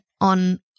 on